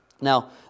Now